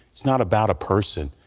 it's not about a person.